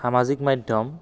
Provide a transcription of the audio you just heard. সামাজিক মাধ্যম